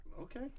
Okay